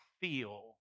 feel